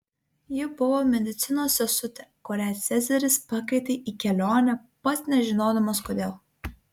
ji buvo medicinos sesutė kurią cezaris pakvietė į kelionę pats nežinodamas kodėl